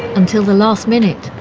until the last minute,